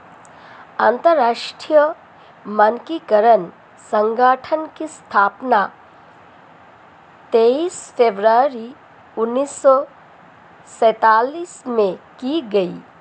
अंतरराष्ट्रीय मानकीकरण संगठन की स्थापना तेईस फरवरी उन्नीस सौ सेंतालीस में की गई